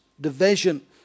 division